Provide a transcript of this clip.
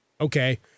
okay